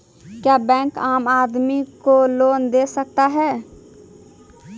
क्या बैंक आम आदमी को लोन दे सकता हैं?